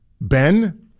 Ben